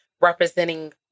representing